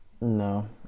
No